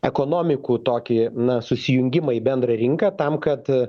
ekonomikų tokį na susijungimą į bendrą rinką tam kad